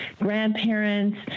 grandparents